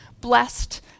blessed